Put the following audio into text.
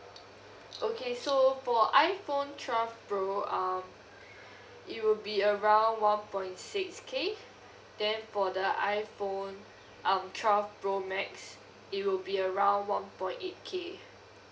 okay so for iphone twelve pro uh it will be around one point six K then for the iphone um twelve pro max it will be around one point eight K